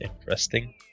interesting